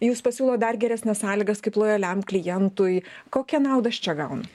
jūs pasiūlot dar geresnes sąlygas kaip lojaliam klientui kokią naudą aš čia gaunu